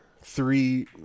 three